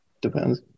Depends